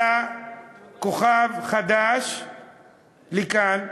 עלה כוכב חדש לכאן,